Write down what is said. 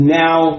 now